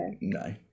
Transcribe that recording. no